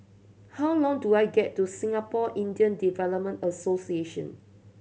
how long do I get to Singapore Indian Development Association